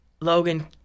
Logan